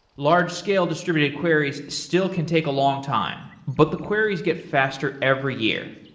large scale distributed queries still can take a long time, but the queries get faster every year.